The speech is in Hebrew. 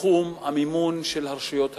מתחום המימון של הרשויות המקומיות.